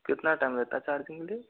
कितना टाइम लेता है चार्जिंग के लिए